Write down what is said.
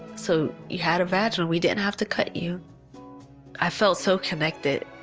so you had a vaginval, we didn't have to cut you i felt so connected,